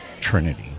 Trinity